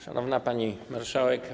Szanowna Pani Marszałek!